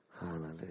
Hallelujah